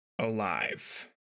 alive